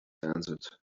answered